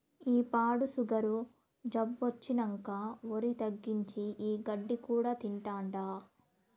ఈ పాడు సుగరు జబ్బొచ్చినంకా ఒరి తగ్గించి, ఈ గడ్డి కూడా తింటాండా